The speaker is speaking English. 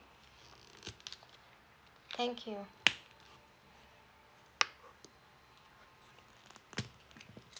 thank you